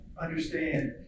understand